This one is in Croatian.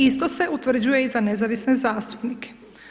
Isto se utvrđuje i za nezavisne zastupnike.